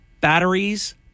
Batteries